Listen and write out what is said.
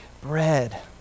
bread